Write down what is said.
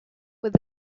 with